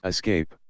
Escape